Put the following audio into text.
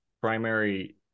primary